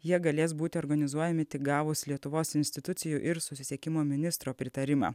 jie galės būti organizuojami tik gavus lietuvos institucijų ir susisiekimo ministro pritarimą